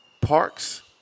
parks